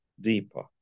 deeper